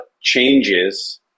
changes